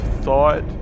thought